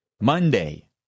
Monday